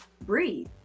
breathe